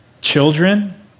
Children